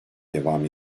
devam